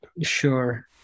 Sure